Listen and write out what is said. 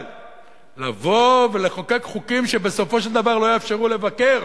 אבל לבוא ולחוקק חוקים שבסופו של דבר לא יאפשרו לבקר